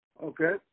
Okay